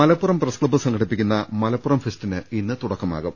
Malappuram press club സംഘടിപ്പിക്കുന്ന മലപ്പുറം ഫെസ്റ്റിന് ഇന്ന് തുടക്കമാകും